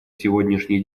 сегодняшний